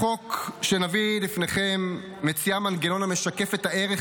החוק שנביא לפניכם מציע מנגנון המשקף את הערך